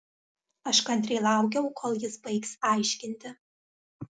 aš kantriai laukiau kol jis baigs aiškinti